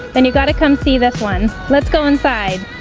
then you gotta come see this one. let's go inside.